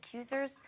accusers